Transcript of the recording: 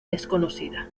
desconocida